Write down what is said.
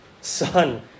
son